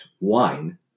wine